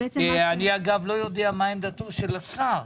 אני לא יודע מה עמדתו של השר,